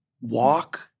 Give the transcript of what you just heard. walk